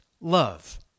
love